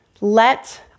let